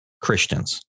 Christians